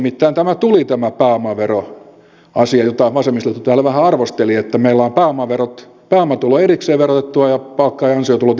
milloin nimittäin tuli tämä pääomaveroasia jota vasemmistoliitto täällä vähän arvosteli että meillä on pääomatulo erikseen verotettua ja palkka ja ansiotulot erikseen verotettua